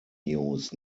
news